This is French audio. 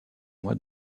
mois